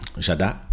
Jada